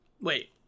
Wait